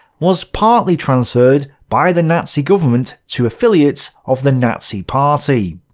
was partly transferred by the nazi government to affiliates of the nazi party,